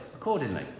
accordingly